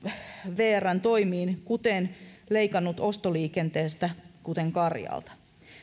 vrn toimiin esimerkiksi leikannut ostoliikenteestä kuten karjaalta